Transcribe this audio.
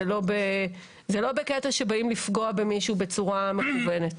זה לא בקטע שבאים לפגוע במישהו בצורה מכוונת.